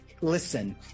listen